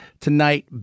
tonight